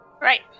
Right